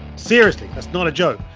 seriously, that's not a joke.